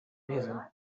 reason